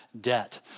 debt